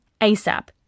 ASAP